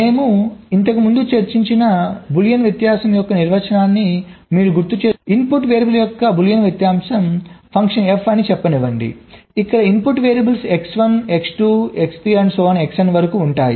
మేము ఇంతకుముందు చర్చించిన బూలియన్ వ్యత్యాసం యొక్క నిర్వచనాన్ని మీరు గుర్తు చేసుకుంటే ఇన్పుట్ వేరియబుల్ యొక్క బూలియన్ వ్యత్యాసం ఫంక్షన్ f అని చెప్పనివ్వండి ఇక్కడ ఇన్పుట్ వేరియబుల్స్ X1 X2 నుండి Xn వరకు ఉంటాయి